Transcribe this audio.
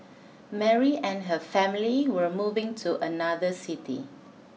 Mary and her family were moving to another city